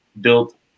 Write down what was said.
built